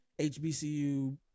HBCU